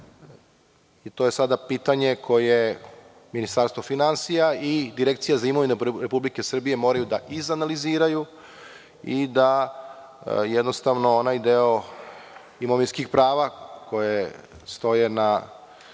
i to je sada pitanje koje Ministarstvo finansija i Direkcija za imovinu Republike Srbije moraju da izanaliziraju i da onaj deo imovinskih prava koje stoje na